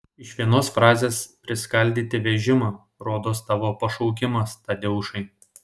iš vienos frazės priskaldyti vežimą rodos tavo pašaukimas tadeušai